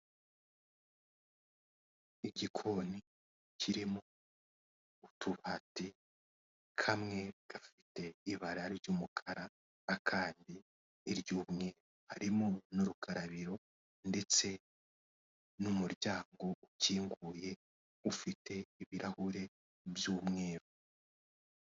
Igikoni kirimo utubati kamwe gafite ibara ry'umukara akandi iryumye harimo n'urukarabiro ndetse n'umuryango ukinguye ufite ibirahure by'umweru.